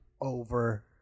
over